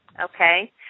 okay